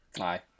Aye